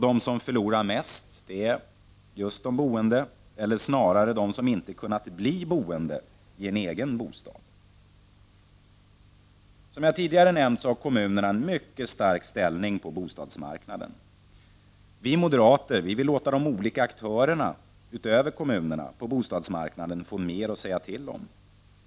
De som förlorar mest är just de boende, eller snarare de som inte har kunnat bli ”boende” i en egen bostad. Som jag tidigare nämnt har kommunerna en mycket stark ställning på bostadsmarknaden. Vi moderater vill låta de olika aktörerna utöver kommunerna på bostadsmarknaden få mer att säga till om.